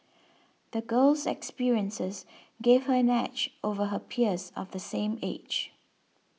the girl's experiences gave her an edge over her peers of the same age